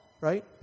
Right